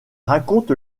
raconte